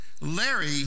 Larry